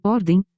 Ordem